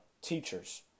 teachers